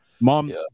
mom